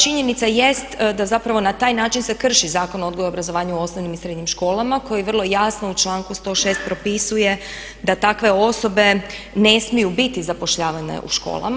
Činjenica jest da zapravo na taj način se krši Zakon o odgoju i obrazovanju u osnovnim i srednjim školama koji vrlo jasno u članku 106. propisuje da takve osobe ne smiju biti zapošljavane u školama.